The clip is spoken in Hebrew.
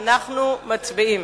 אנחנו מצביעים.